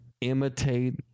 imitate